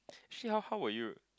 Shia how were you